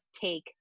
take